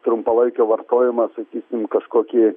trumpalaikio vartojimo sakysim kažkokį